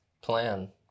plan